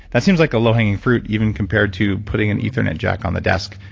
that seems like a low hanging fruit even compared to putting an ethernet jack on the desk,